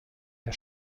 der